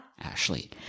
Ashley